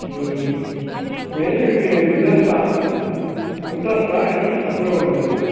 mainly వీటిని business start ఇంటెరెస్టా interest తక్కువే ఉండుద్దండీ